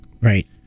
Right